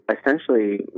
essentially